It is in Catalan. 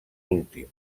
últims